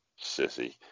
Sissy